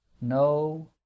no